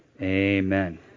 amen